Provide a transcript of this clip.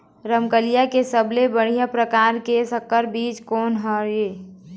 रमकलिया के सबले बढ़िया परकार के संकर बीज कोन हर ये?